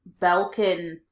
Belkin